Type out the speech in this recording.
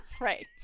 Right